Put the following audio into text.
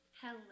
Hello